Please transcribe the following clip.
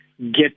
get